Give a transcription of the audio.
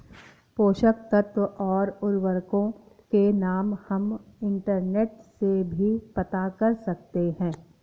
पोषक तत्व और उर्वरकों के नाम हम इंटरनेट से भी पता कर सकते हैं